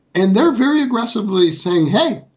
and they're very aggressively saying, hey,